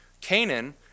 Canaan